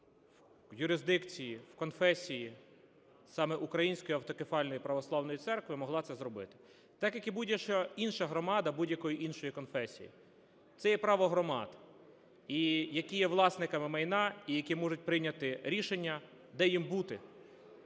в юрисдикції, в конфесії саме Української автокефальної православної церкви могла це зробити так як і будь-яка інша громада будь-якої іншої конфесії. Це є право громад, які є власниками майна і які можуть прийняти рішення, де їм бути.